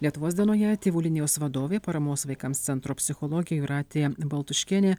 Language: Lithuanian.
lietuvos dienoje tėvų linijos vadovė paramos vaikams centro psichologė jūratė baltuškienė